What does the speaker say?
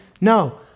No